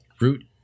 Root